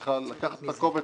צריך לקחת את הקובץ,